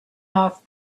off